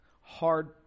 hard